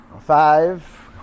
Five